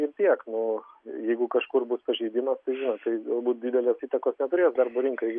ir tiek nu jeigu kažkur bus pažeidimas tai žinot galbūt didelės įtakos neturės darbo rinkai